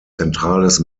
zentrales